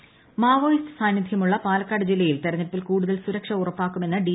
പാലക്കാട് സുരക്ഷ മാവോയിസ്റ്റ് സാന്നിധ്യമുള്ള പാലക്കാട് ജില്ലയിൽ തെരഞ്ഞെടുപ്പിൽ കൂടുതൽ സുരക്ഷ ഉറപ്പാക്കുമെന്ന് ഡി